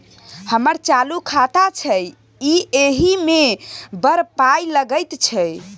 हमर चालू खाता छै इ एहि मे बड़ पाय लगैत छै